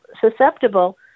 susceptible